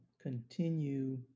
continue